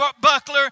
buckler